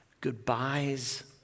Goodbyes